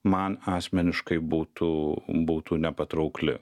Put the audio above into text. man asmeniškai būtų būtų nepatraukli